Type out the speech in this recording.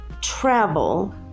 travel